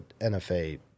NFA